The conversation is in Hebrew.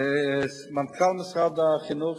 מנכ"ל משרד החינוך,